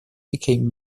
became